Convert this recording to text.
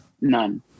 None